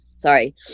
Sorry